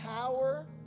power